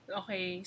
okay